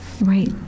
Right